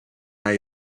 hay